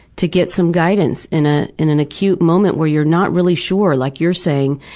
to get some guidance in ah in an acute moment where you're not really sure, like you're saying,